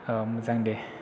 औ मोजां दे